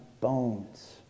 bones